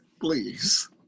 please